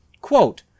Quote